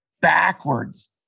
backwards